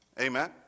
amen